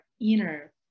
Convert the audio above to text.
inner